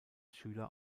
schüler